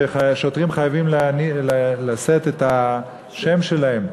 ששוטרים חייבים לשאת את השם שלהם,